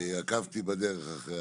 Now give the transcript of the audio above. אני עקבתי אחרי